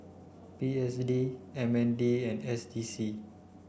P S D M N D and S T C